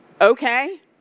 okay